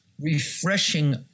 refreshing